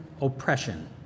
oppression